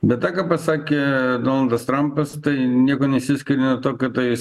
bet tą ką pasakė donaldas trampas tai niekuo nesiskiria nuo to kada jis